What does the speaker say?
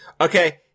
Okay